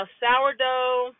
sourdough